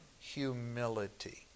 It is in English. humility